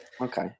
Okay